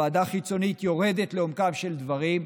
ועדה חיצונית יורדת לעומקם של דברים,